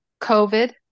COVID